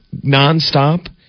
nonstop